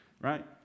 right